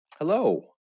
Hello